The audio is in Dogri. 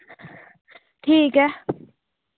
ठीक ऐ